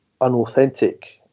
unauthentic